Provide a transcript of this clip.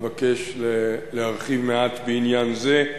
אבקש להרחיב מעט בעניין זה.